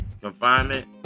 confinement